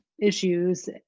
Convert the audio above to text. issues